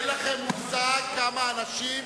יש לנו רבע גמר גביע-אירופה בטלוויזיה.